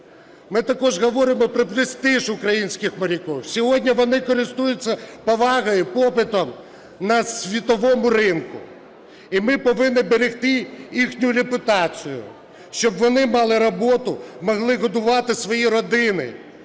Ми також говоримо про престиж українських моряків. Сьогодні вони користуються повагою, попитом на світовому ринку, і ми повинні берегти їхню репутацію, щоб вони мали роботу, могли годувати свої родини